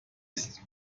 است